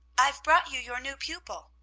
i've brought you your new pupil,